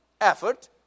effort